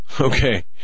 okay